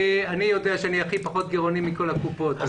אני יודע שאני פחות גירעוני מכל הקופות.